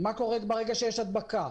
מה קורה ברגע שיש הדבקה,